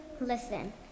Listen